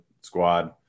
squad